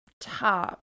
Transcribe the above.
top